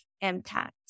impact